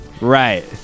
Right